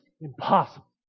impossible